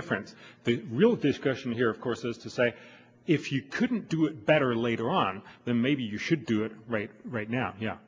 difference the real discussion here of course is to say if you couldn't do it better later on then maybe you should do it right right now you know